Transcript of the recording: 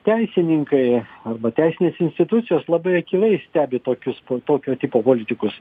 teisininkai arba teisinės institucijos labai akylai stebi tokius tokio tipo politikus